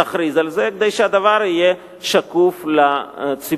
תכריז על זה כדי שהדבר יהיה שקוף לציבור.